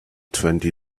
twenty